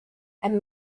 and